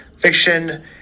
Fiction